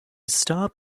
stop